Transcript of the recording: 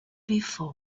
before